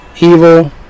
evil